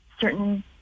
certain